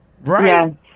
right